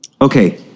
Okay